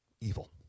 evil